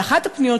באחת הפניות,